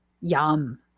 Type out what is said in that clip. Yum